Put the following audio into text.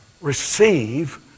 receive